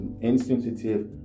insensitive